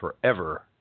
forever